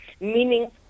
meaning